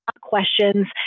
questions